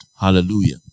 hallelujah